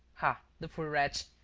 ah, the poor wretch.